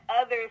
others